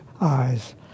eyes